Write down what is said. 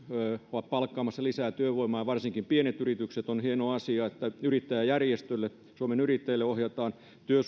ovat palkkaamassa lisää työvoimaa ja varsinkin pienet yritykset että yrittäjäjärjestölle suomen yrittäjille ohjataan